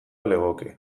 legoke